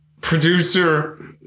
producer